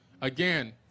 Again